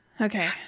okay